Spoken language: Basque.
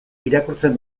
irakurtzen